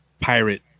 pirate